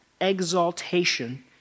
exaltation